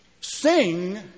Sing